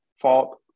fault